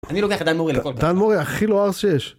אני לוקח את דן מורי לכל... דן מורי הכי לא ערס שיש